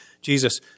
Jesus